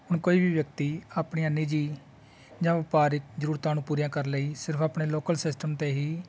ਹੁਣ ਕੋਈ ਵੀ ਵਿਅਕਤੀ ਆਪਣੀਆਂ ਨਿੱਜੀ ਜਾਂ ਵਪਾਰਿਕ ਜ਼ਰੂਰਤਾਂ ਨੂੰ ਪੂਰੀਆਂ ਕਰਨ ਲਈ ਸਿਰਫ਼ ਆਪਣੇ ਲੋਕਲ ਸਿਸਟਮ 'ਤੇ ਹੀ